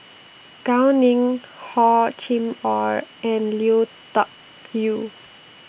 Gao Ning Hor Chim Or and Lui Tuck Yew